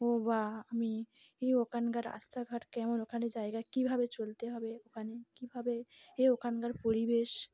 ও বা আমি এই ওখানকারা রাস্তাঘাট কেমন ওখানে জায়গা কীভাবে চলতে হবে ওখানে কীভাবে এই ওখানকার পরিবেশ